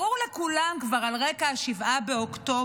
ברור לכולם כבר, על רקע 7 באוקטובר,